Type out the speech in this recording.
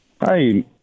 Hi